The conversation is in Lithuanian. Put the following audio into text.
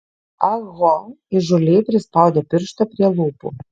ah ho įžūliai prispaudė pirštą prie lūpų